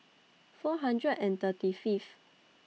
four hundred and thirty Fifth